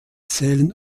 zählen